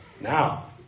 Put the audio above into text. Now